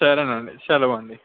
సరేను అండి సెలవు అండి